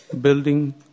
building